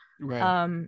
Right